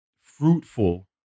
fruitful